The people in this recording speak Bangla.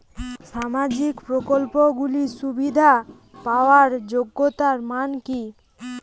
সামাজিক প্রকল্পগুলি সুবিধা পাওয়ার যোগ্যতা মান কি?